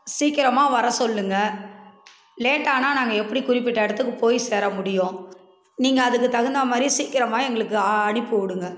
சீக்கிரமா வர சொல்லுங்க லேட்டானால் நாங்கள் எப்படி குறிப்பிட்ட இடத்துக்கு போய் சேர முடியும் நீங்கள் அதுக்கு தகுந்த மாதிரி சீக்கிரமா எங்களுக்கு அனுப்பி விடுங்க